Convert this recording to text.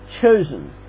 chosen